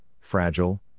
fragile